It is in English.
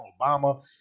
Obama